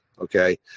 okay